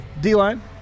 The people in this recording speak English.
D-line